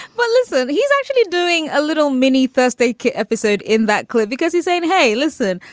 but listen he's actually doing a little mini thursday episode in that clip because he's saying hey listen.